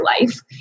life